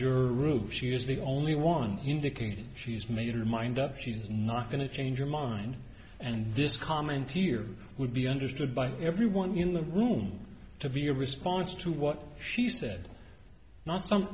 jersey roof she was the only one indicating she has made her mind up she's not going to change her mind and this comment here would be understood by everyone in the room to be a response to what she said not some